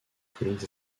collines